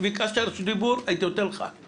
ביקשת רשות דיבור הייתי נותן לך.